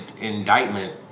indictment